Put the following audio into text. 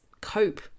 cope